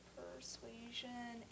persuasion